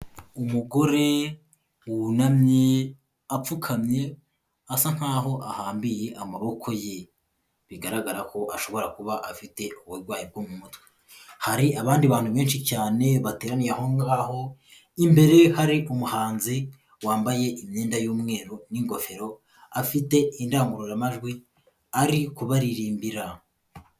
Umugore wunamye apfukamye asa nkaho ahambiye amaboko ye, bigaragara ko ashobora kuba afite uburwayi bwo mu mutwe, hari abandi bantu benshi cyane bateraniye aho ngaho, imbere ye hari umuhanzi wambaye imyenda y'umweru n'ingofero, afite indangururamajwi ari kubaririmbira.